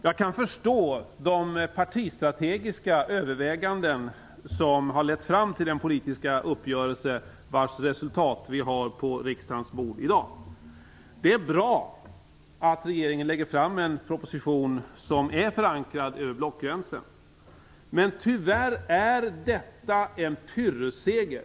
Jag kan förstå de partistrategiska överväganden som har lett fram till den politiska uppgörelse vars resultat vi har på riksdagens bord i dag. Det är bra att regeringen lägger fram en proposition som är förankrad över blockgränsen. Men tyvärr är detta en pyrrusseger.